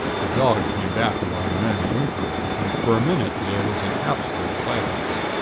the dog came back among the men, whimpering, and for a minute there was an absolute silence.